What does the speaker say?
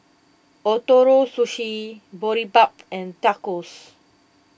Ootoro Sushi Boribap and Tacos